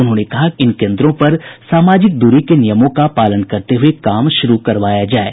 उन्होंने कहा कि इन केंद्रों पर सामजिक दूरी के नियमों का पालन करते हुये काम शुरू करवाया जाये